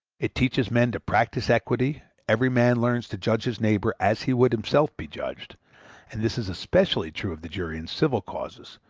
it teaches men to practice equity, every man learns to judge his neighbor as he would himself be judged and this is especially true of the jury in civil causes,